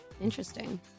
Interesting